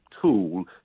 tool